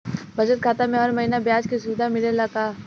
बचत खाता में हर महिना ब्याज के सुविधा मिलेला का?